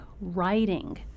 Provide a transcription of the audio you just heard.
writing